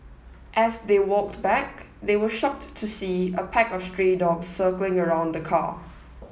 as they walked back they were shocked to see a pack of stray dogs circling around the car